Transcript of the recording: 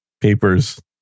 papers